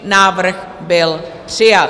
Návrh byl přijat.